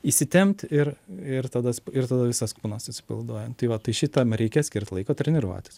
įsitempt ir ir tada ir tada visas kūnas atsipalaiduoja tai va tai šitam reikia skirt laiko treniruotis